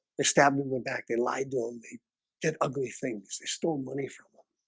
they stabbed in the back they lied to him they did ugly things they stole money from